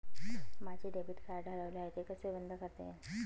माझे debit card हरवले आहे ते कसे बंद करता येईल?